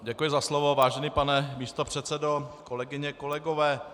Děkuji za slovo, vážený pane místopředsedo, kolegyně, kolegové.